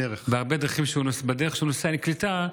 בדרך שהוא נוסע בה אין קליטה,